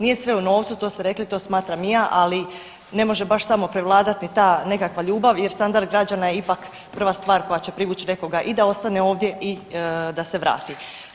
Nije sve u novcu, to ste rekli, to smatram i ja, ali ne može baš samo prevladat ni ta nekakva ljubav jer standard građana je ipak prva stvar koja će privuć nekoga i da ostane ovdje i da se vrate.